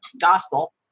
gospel